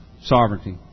sovereignty